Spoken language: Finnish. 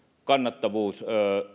kannattavuudessa